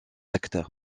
acte